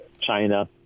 China